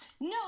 No